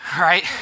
right